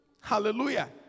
Hallelujah